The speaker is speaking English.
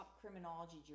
criminology